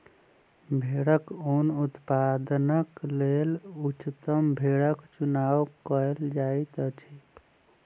भेड़क ऊन उत्पादनक लेल उच्चतम भेड़क चुनाव कयल जाइत अछि